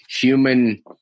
human